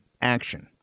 action